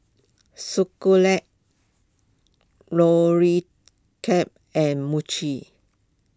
and Mochi